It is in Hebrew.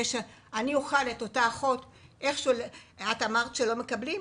את אמרת שלא מקבלים,